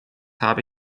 habe